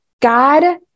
God